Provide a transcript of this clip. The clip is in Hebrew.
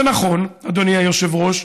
זה נכון, אדוני היושב-ראש,